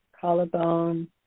collarbone